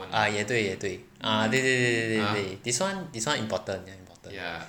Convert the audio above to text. ah 也对也对 ah 对对对对对对 this one this one important this one important ya